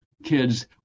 kids